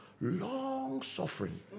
Long-suffering